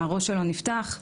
הראש שלו נפתח.